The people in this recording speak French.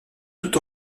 tout